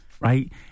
Right